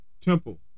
temple